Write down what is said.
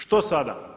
Što sada?